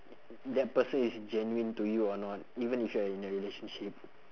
that person is genuine to you or not even if you are in a relationship